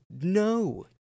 no